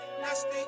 nasty